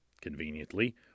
conveniently